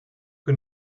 que